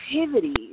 activities